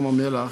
בהיעדר עירוב,